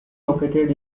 located